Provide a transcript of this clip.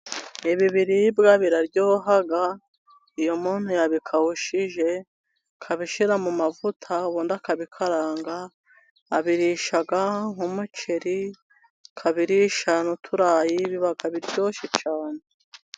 Ibi biribwa biraryoha, iyo muntu yabikawushije, akabishyira mu mavuta, ubundi akabikaranga, abirisha nk'umuceri, akabirisha n'uturayi, biba bitoshye cyane.